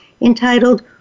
entitled